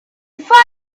fiery